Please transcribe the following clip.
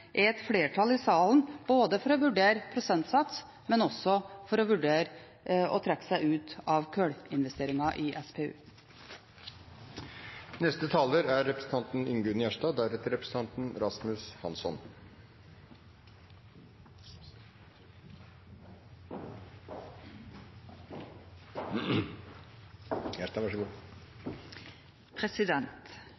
er et flertall i salen både for å vurdere prosentsats og for å vurdere å trekke seg ut av kullinvesteringer i SPU.